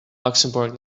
luxembourg